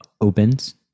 opens